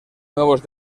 nuevos